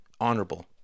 honorable